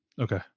Okay